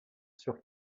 sur